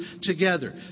together